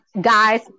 guys